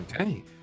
okay